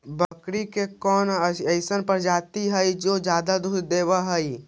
बकरी के कौन अइसन प्रजाति हई जो ज्यादा दूध दे हई?